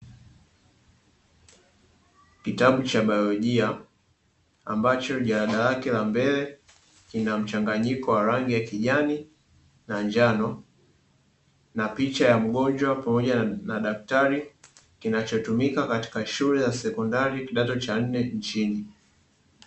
Kitabu cha baiolojia ambacho jalada lake la mbele, kinamchanganyiko wa rangi ya kijani na njano pamoja na picha ya mgonjwa, pamoja na daktari kinachotumika katika shule ya sekondari nchini.